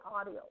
audio